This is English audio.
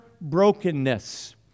brokenness